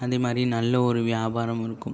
அதேமாதிரி நல்ல ஒரு வியாபாரமும் இருக்கும்